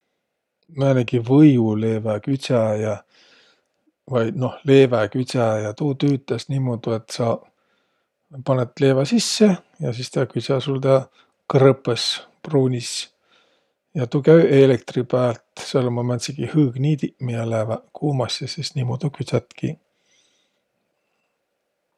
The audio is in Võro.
Määnegi võiuleeväküdsäjä vai noh, leeväküdsäjä. Tuu tüütäs niimuudu, et sa panõt leevä sisse ja sis tä küdsä sul tää krõpõs, pruunis. Ja tuu käü eelektri päält. Sääl ummaq määntsegiq hõõgniidiq, miä lääväq kuumas ja sis niimuudu küdsäkiq.